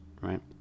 Right